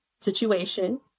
situation